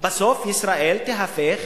בסוף ישראל תיהפך